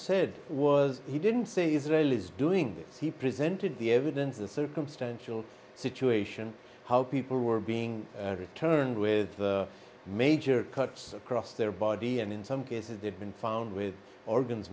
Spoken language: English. said was he didn't say israel is doing this he presented the evidence the circumstantial situation how people were being returned with major cuts across their body and in some cases they've been found with organs